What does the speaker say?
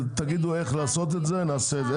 תגידו איך לעשות את זה, נעשה את זה.